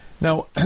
Now